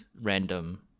random